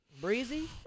Breezy